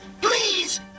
Please